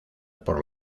por